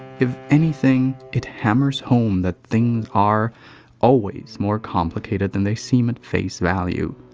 if anything. it hammers home that things are always more complicated than they seem at face value.